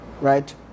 Right